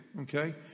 okay